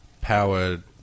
powered